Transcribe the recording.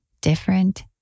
different